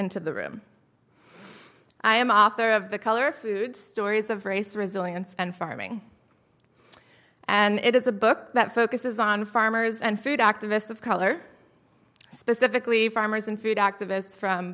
into the room i am off there of the color food stories of race resilience and farming and it is a book that focuses on farmers and food activists of color specifically farmers and food activists from